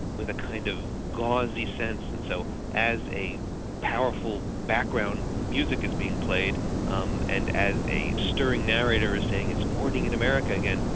with a kind of gauzy sense and so as a powerful background, music is being played um and as a stirring narrator is saying it's morning in america again,